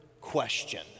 question